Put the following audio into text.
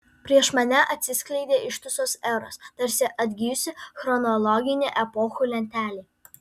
prieš mane atsiskleidė ištisos eros tarsi atgijusi chronologinė epochų lentelė